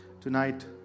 Tonight